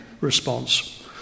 response